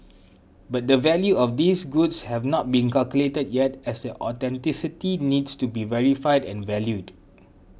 but the value of these goods have not been calculated yet as their authenticity needs to be verified and valued